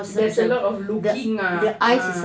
there's a lot of looking ah